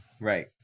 Right